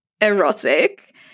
erotic